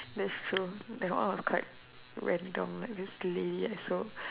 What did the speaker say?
that's true that one was quite random like very steady like so